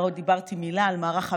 לא דיברתי מילה על מערך המילואים,